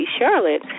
Charlotte